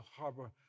harbor